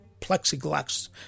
plexiglass